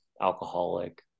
alcoholic